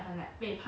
orh like